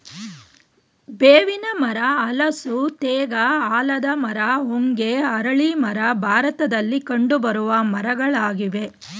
ಬೇವಿನ ಮರ, ಹಲಸು, ತೇಗ, ಆಲದ ಮರ, ಹೊಂಗೆ, ಅರಳಿ ಮರ ಭಾರತದಲ್ಲಿ ಕಂಡುಬರುವ ಮರಗಳಾಗಿವೆ